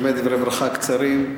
באמת דברי ברכה קצרים.